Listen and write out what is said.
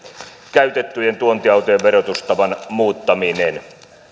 käytettyjen tuontiautojen verotustavan muuttaminen